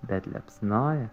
bet liepsnoja